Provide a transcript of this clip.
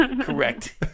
correct